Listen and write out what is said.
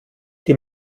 die